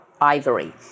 ivory